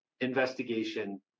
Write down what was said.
investigation